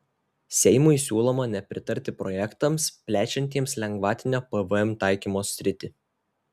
seimui siūloma nepritarti projektams plečiantiems lengvatinio pvm taikymo sritį